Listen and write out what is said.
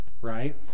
right